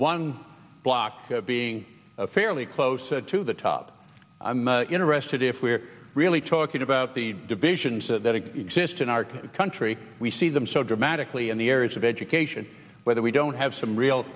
one block being fairly close to the top i'm interested if we're really talking about the divisions that exist in our country we see them so dramatically in the areas of education whether we don't have some real